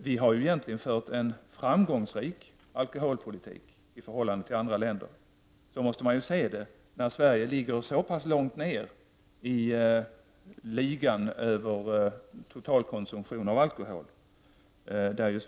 Vi har egentligen fört en framgångsrik alkoholpolitik i Sverige, i förhållande till andra länder. Så måste man se det när Sverige ligger så pass långt ner i ”ligan” över totalkonsumtion av alkohol. Av de